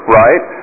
right